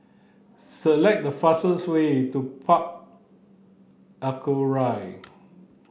select the fastest way to Park Aquaria